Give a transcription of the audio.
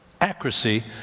Accuracy